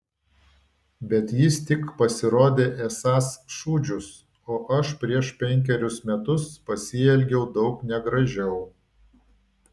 bet jis tik pasirodė esąs šūdžius o aš prieš penkerius metus pasielgiau daug negražiau